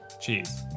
Cheers